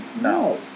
No